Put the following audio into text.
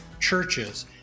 churches